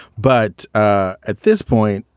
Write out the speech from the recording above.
but ah at this point,